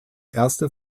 erste